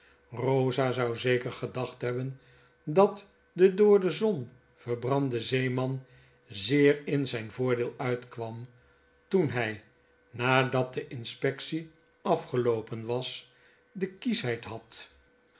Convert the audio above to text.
eosa zou zeker gedacht hebben dat de door de zonverbrande zeeman zeer in zjjn voordeel uitkwam toen hy nadat de inspectie afgeloopen was de kieschheid had